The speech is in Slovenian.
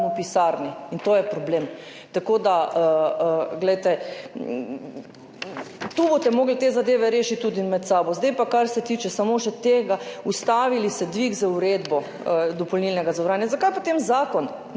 v pisarni in to je problem. Tako da tu boste morali te zadeve rešiti tudi med sabo. Zdaj pa, kar se tiče samo še tega, ustavili ste dvig dopolnilnega zavarovanja z uredbo. Zakaj potem zakon?